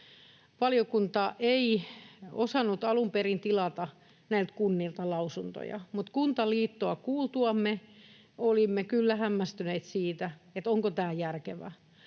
valiokunta ei osannut alun perin tilata näiltä kunnilta lausuntoja, mutta Kuntaliittoa kuultuamme olimme kyllä hämmästyneitä siitä, onko tämä järkevää.